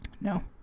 No